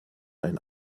ein